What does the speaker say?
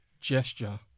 gesture